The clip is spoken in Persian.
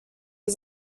یکی